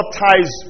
ties